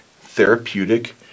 therapeutic